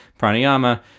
Pranayama